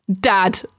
dad